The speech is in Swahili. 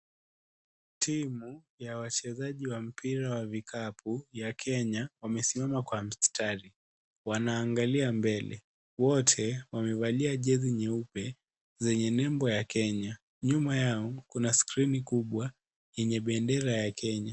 Timu ya wachezaji wa mpira wa vikapu ya Kenya wamesimama kwa mstari. Wanaangalia mbele. Wote wamevalia jezi nyeupe zenye nembo ya Kenya. Nyuma yao, kuna skrini kubwa yenye bendera ya Kenya.